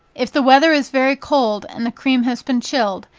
if the weather is very cold, and the cream has been chilled,